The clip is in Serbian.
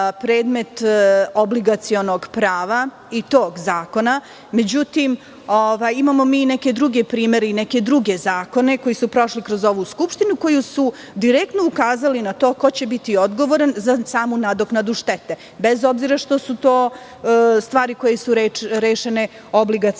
obligacionog prava i tog zakona. Međutim, imamo i neke druge primere, neke druge zakone koji su prošli kroz ovu skupštinu, a koji su direktno ukazali na to ko će biti odgovoran za samu nadoknadu štete, bez obzira što su to stvari koje su rešene obligacionim